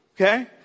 okay